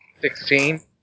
Sixteen